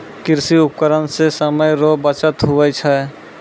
कृषि उपकरण से समय रो बचत हुवै छै